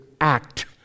act